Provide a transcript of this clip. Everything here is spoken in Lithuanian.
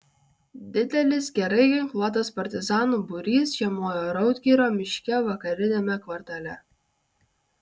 didelis gerai ginkluotas partizanų būrys žiemojo raudgirio miške vakariniame kvartale